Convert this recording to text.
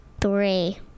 Three